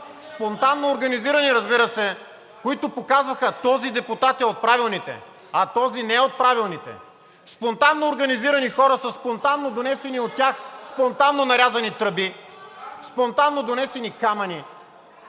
спонтанно организирани, разбира се, които носеха снимки и които показваха – този депутат е от правилните, а този не е от правилните! Спонтанно организирани хора със спонтанно донесени от тях спонтанно нарязани тръби, спонтанно донесени камъни,